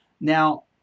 Now